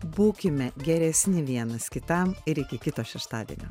būkime geresni vienas kitam ir iki kito šeštadienio